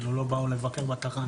אני